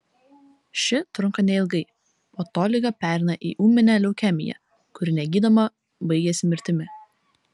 ši trunka neilgai po to liga pereina į ūminę leukemiją kuri negydoma baigiasi mirtimi